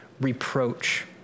reproach